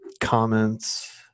comments